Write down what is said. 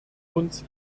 uns